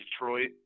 Detroit